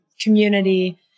community